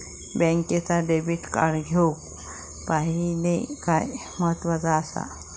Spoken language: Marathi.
बँकेचा डेबिट कार्ड घेउक पाहिले काय महत्वाचा असा?